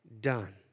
done